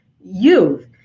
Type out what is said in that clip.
youth